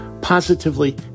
positively